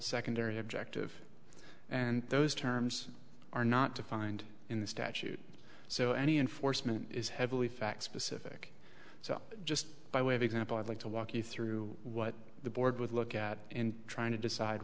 secondary objective and those terms are not defined in the statute so any enforcement is heavily fact specific so just by way of example i'd like to walk you through what the board with look at in trying to decide